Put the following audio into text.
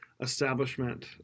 establishment